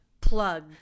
plug